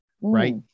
Right